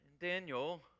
Daniel